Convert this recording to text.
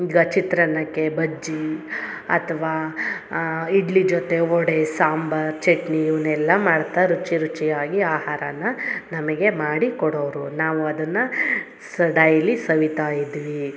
ಈಗ ಚಿತ್ರಾನ್ನಕ್ಕೆ ಬಜ್ಜಿ ಅಥ್ವ ಇಡ್ಲಿ ಜೊತೆ ವಡೆ ಸಾಂಬರ್ ಚಟ್ನಿ ಇವನ್ನೆಲ್ಲ ಮಾಡ್ತಾ ರುಚಿ ರುಚಿಯಾಗಿ ಆಹಾರನ ನಮಗೆ ಮಾಡಿ ಕೊಡೋರು ನಾವು ಅದನ್ನ ಸೊ ಡೈಲಿ ಸವಿತಾ ಇದ್ವಿ